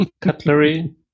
cutlery